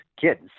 kids